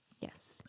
Yes